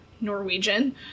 Norwegian